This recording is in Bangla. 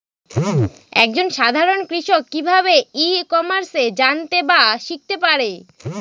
এক জন সাধারন কৃষক কি ভাবে ই কমার্সে জানতে বা শিক্ষতে পারে?